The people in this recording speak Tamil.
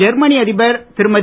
ஜெர்மனி அதிபர் திருமதி